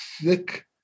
thick